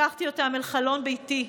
לקחתי אותם אל חלון ביתי.